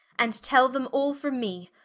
and tell them all from me,